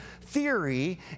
theory